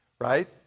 Right